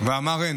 ואמר הן.